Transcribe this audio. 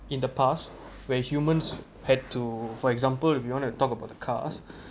in the past where humans had to for example if you want to talk about cars